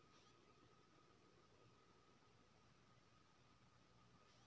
भारत दुनिया के तेसरका सबसे बड़ मछली उपजाबै वाला देश हय